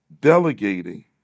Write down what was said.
delegating